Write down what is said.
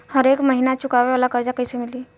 हरेक महिना चुकावे वाला कर्जा कैसे मिली?